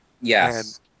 Yes